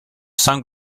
sung